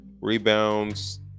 Rebounds